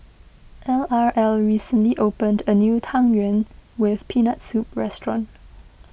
L R L recently opened a new Tang Yuen with Peanut Soup restaurant